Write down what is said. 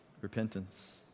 repentance